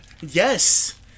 Yes